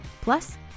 plus